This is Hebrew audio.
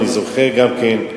אני זוכר גם כן,